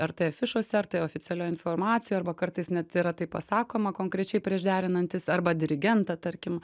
ar tai afišose ar tai oficialioj informacijoj arba kartais net yra tai pasakoma konkrečiai prieš derinantis arba dirigentą tarkim